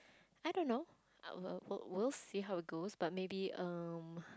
I don't know (uh)we'll~ we'll see how it goes but maybe um